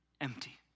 empty